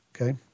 okay